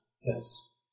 Yes